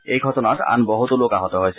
এই ঘটনাত আন বহুতো লোক আহত হৈছে